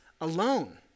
alone